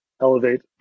elevate